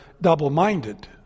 double-minded